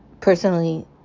personally